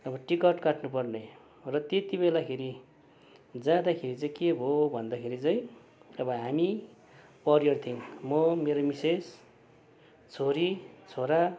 अब टिकट काट्नुपर्ने र त्यति बेलाखेरि जाँदाखेरि चाहिँ के भयो भन्दाखेरि चाहिँ अब हामी परिवार थियौँ म मेरो मिसेस छोरी छोरा